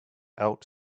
out